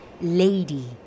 lady